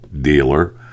dealer